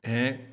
हें